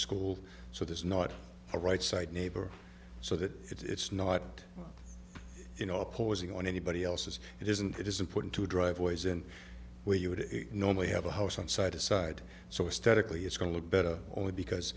school so there's not a right side neighbor so that it's not you know opposing on anybody else's it isn't it is important to driveways and where you would normally have a house on side to side so statically it's going to be better only because